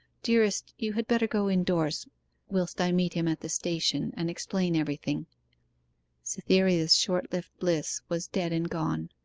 dearest, you had better go indoors whilst i meet him at the station, and explain everything cytherea's short-lived bliss was dead and gone.